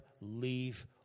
leave